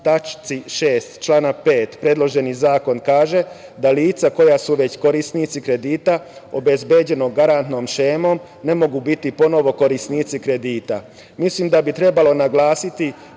tački 6. člana 5. predloženi zakon kaže da lica koja su već korisnici kredita obezbeđeno garantnom šemom, ne mogu biti ponovo korisnici kredita. Mislim da bi trebalo naglasiti